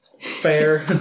Fair